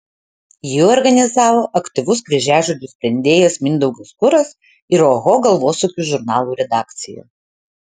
jį organizavo aktyvus kryžiažodžių sprendėjas mindaugas kuras ir oho galvosūkių žurnalų redakcija